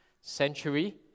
century